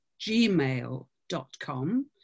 gmail.com